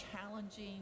challenging